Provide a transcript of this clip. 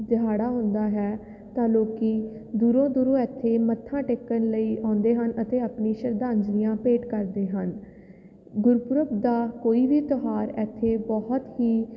ਦਿਹਾੜਾ ਹੁੰਦਾ ਹੈ ਤਾਂ ਲੋਕ ਦੂਰੋਂ ਦੂਰੋਂ ਇੱਥੇ ਮੱਥਾ ਟੇਕਣ ਲਈ ਆਉਂਦੇ ਹਨ ਅਤੇ ਆਪਣੀ ਸ਼ਰਧਾਂਜਲੀਆਂ ਭੇਟ ਕਰਦੇ ਹਨ ਗੁਰਪੁਰਬ ਦਾ ਕੋਈ ਵੀ ਤਿਉਹਾਰ ਇੱਥੇ ਬਹੁਤ ਹੀ